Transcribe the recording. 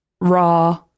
raw